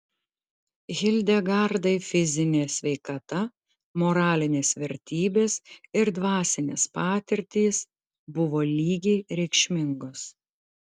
hildegardai fizinė sveikata moralinės vertybės ir dvasinės patirtys buvo lygiai reikšmingos